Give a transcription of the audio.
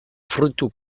fruitu